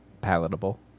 palatable